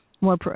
more